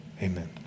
Amen